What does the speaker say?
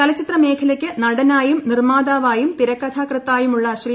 ചലച്ചിത്ര മേഖലക്ക് നടനായും നിർമ്മാതാവായും തിരക്കഥാകൃത്തായുമുള്ള ശ്രീ